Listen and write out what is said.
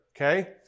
okay